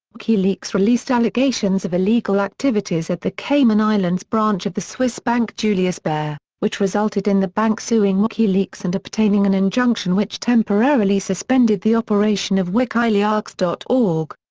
wikileaks released allegations of illegal activities at the cayman islands branch of the swiss bank julius baer, which resulted in the bank suing wikileaks and obtaining an injunction which temporarily suspended the operation of wikileaks org.